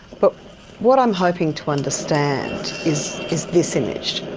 but what i'm hoping to understand is is this image,